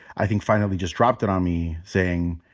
i think, finally just dropped it on me. saying,